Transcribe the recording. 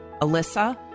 Alyssa